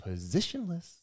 positionless